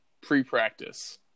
pre-practice